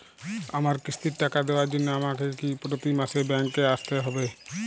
আমার কিস্তির টাকা দেওয়ার জন্য আমাকে কি প্রতি মাসে ব্যাংক আসতে হব?